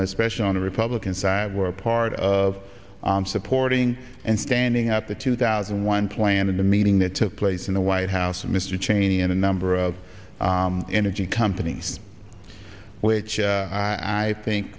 especially on the republican side were part of supporting and standing up to two thousand one plan in the meeting that took place in the white house mr cheney and a number of energy companies which i think